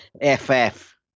F-F